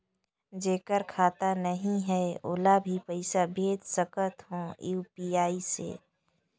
जेकर खाता नहीं है ओला भी पइसा भेज सकत हो यू.पी.आई से?